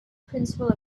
principle